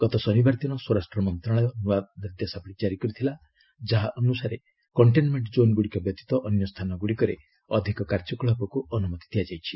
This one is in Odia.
ଗତ ଶନିବାର ଦିନ ସ୍ୱରାଷ୍ଟ୍ର ମନ୍ତ୍ରଣାଳୟ ନୂଆ ନିର୍ଦ୍ଦେଶାବଳୀ କାରି କରିଥିଲା ଯାହା ଅନୁସାରେ କଣ୍ଟେନମେଣ୍ଟ କୋନ୍ଗୁଡ଼ିକ ବ୍ୟତୀତ ଅନ୍ୟ ସ୍ଥାନ ଗୁଡ଼ିକରେ ଅଧିକ କାର୍ଯ୍ୟକଳାପକୁ ଅନୁମତି ଦିଆଯାଇଛି